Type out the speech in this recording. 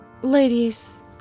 Ladies